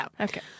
Okay